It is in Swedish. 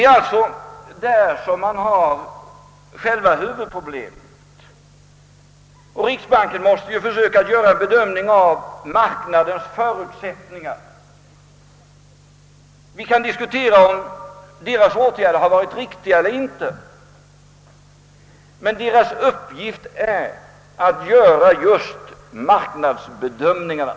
Här ligger alltså själva huvudproblemet: riksbanken måste försöka göra en bedömning av marknadens förutsättningar. Vi kan diskutera om riksbankens åtgärder har varit riktiga eller inte, men dess uppgift är att verkställa marknadsbedömningarna.